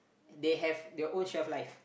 they have their own shelf life